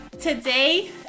Today